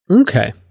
Okay